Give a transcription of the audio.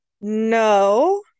No